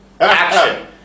Action